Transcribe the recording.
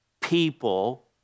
people